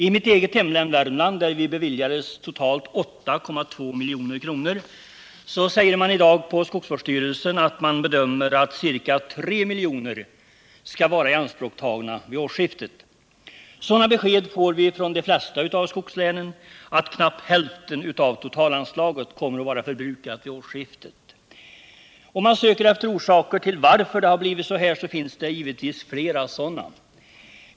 I mitt eget hemlän, Värmland, som beviljades totalt 8,2 milj.kr., säger man i dag på skogsvårdsstyrelsen att man bedömer att ca 3 milj.kr.skall vara ianspråktagna vid årsskiftet. Sådana besked får vi från de flesta av skogslänen: knappt hälften av totalanslaget kommer att vara förbrukat vid årsskiftet. Om man söker efter orsaker till att det har blivit så här, kan man givetvis finna flera sådana.